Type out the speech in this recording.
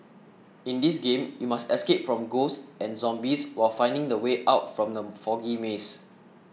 in this game you must escape from ghosts and zombies while finding the way out from the foggy maze